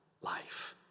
life